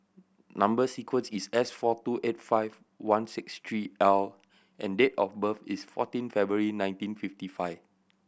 number sequence is S four two eight five one six three L and date of birth is fourteen February nineteen fifty five